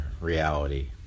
reality